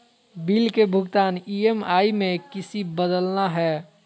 Bill के भुगतान EMI में किसी बदलना है?